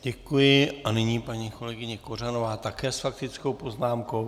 Děkuji a nyní paní kolegyně Kořanová také s faktickou poznámkou.